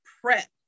prep